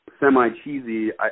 semi-cheesy